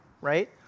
right